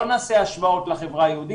בוא נעשה השוואות לחברה היהודית,